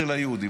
אצל היהודים,